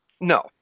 No